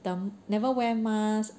then never wear mask